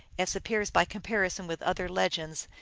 as appears by comparison with other legends,